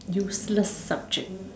useless subject